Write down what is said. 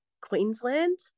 Queensland